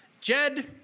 Jed